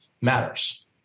matters